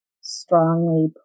strongly